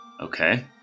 Okay